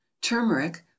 Turmeric